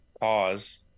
cause